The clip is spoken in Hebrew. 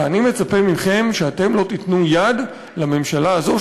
ואני מצפה מכם שאתם לא תיתנו יד לממשלה הזאת,